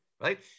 right